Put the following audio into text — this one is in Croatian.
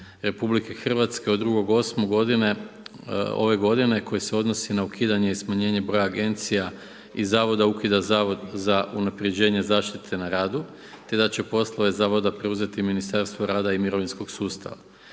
Republike Hrvatske od 2. 8. ove godine koji se odnosi na ukidanje i smanjenje broja agencija i zavoda, ukida Zavod za unapređenje zaštite na radu te da će poslove Zavoda preuzeti Ministarstvo rada i mirovinskog sustava.